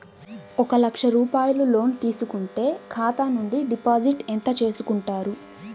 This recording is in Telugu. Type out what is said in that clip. ఒక లక్ష రూపాయలు లోన్ తీసుకుంటే ఖాతా నుండి డిపాజిట్ ఎంత చేసుకుంటారు?